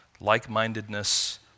like-mindedness